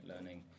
learning